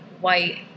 white